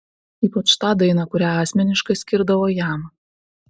ypač tą dainą kurią asmeniškai skirdavo jam